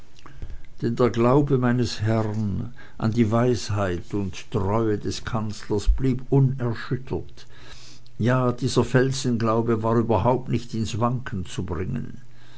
der glaube meines herrn an die weisheit und treue des kanzlers blieb unerschüttert ja dieser felsenglaube war überhaupt nicht ins wanken zu bringen